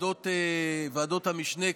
ועדות המשנה,